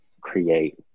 create